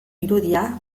irudia